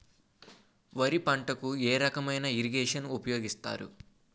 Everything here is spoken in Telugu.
వరి పంటకు ఏ రకమైన ఇరగేషన్ ఉపయోగిస్తారు?